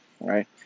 right